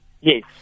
Yes